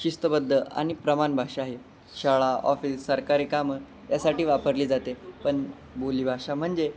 शिस्तबद्ध आणि प्रमाण भाषा आहे शाळा ऑफिस सरकारी कामं यासाठी वापरली जाते पण बोली भाषा म्हणजे